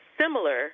similar